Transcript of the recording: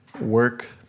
work